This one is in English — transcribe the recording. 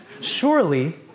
surely